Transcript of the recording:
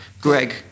Greg